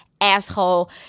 asshole